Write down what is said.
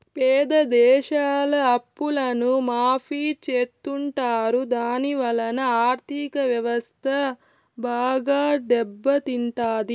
పేద దేశాల అప్పులను మాఫీ చెత్తుంటారు దాని వలన ఆర్ధిక వ్యవస్థ బాగా దెబ్బ తింటాది